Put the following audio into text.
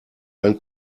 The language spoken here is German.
ein